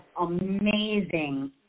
amazing